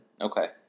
Okay